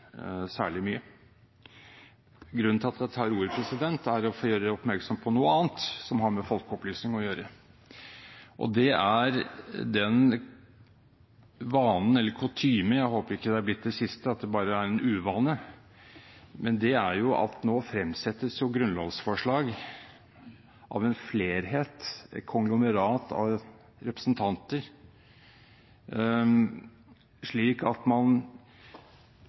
særlig mye. Grunnen til at jeg tar ordet, er at jeg vil gjøre oppmerksom på noe annet som har med folkeopplysning å gjøre. Det er den vanen eller kutymen – jeg håper det ikke er blitt det siste, at det bare er en uvane – at nå fremsettes jo grunnlovsforslag av en flerhet, av et konglomerat av representanter, slik at man